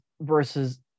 versus